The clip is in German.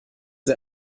sie